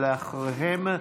ואחריהן,